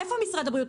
איפה משרד הבריאות?